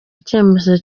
icyemezo